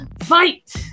fight